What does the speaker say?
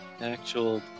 actual